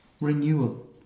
renewal